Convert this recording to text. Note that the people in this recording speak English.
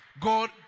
God